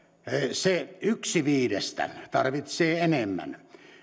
se yksi viidestä tarvitsee enemmän